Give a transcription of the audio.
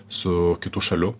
su kitų šalių